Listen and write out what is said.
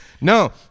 No